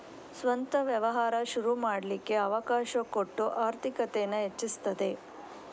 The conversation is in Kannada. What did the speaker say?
ಸ್ವಂತ ವ್ಯವಹಾರ ಶುರು ಮಾಡ್ಲಿಕ್ಕೆ ಅವಕಾಶ ಕೊಟ್ಟು ಆರ್ಥಿಕತೇನ ಹೆಚ್ಚಿಸ್ತದೆ